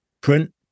print